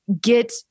get